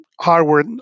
hardware